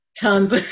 Tons